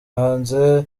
hanze